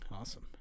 awesome